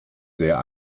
sehr